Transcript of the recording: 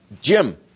jim